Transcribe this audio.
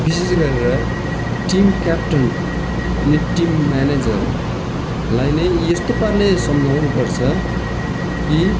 विशेष गरेर team captain अनि टिम म्यानेजरलाई नै यस्तो पाराले सम्झाउनु पर्छ कि